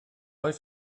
oes